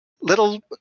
Little